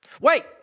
Wait